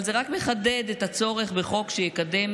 אבל זה רק מחדד את הצורך בחוק שיקדם